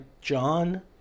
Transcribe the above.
John